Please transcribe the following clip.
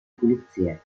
pulizie